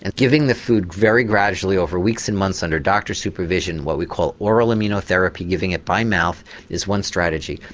and giving the food very gradually over weeks and months under doctor supervision what we call oral immunotherapy giving it by mouth is one strategy.